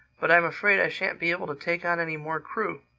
but i'm afraid i shan't be able to take on any more crew.